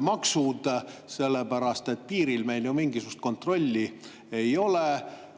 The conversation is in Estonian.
maksud kätte? Piiril meil ju mingisugust kontrolli ei ole,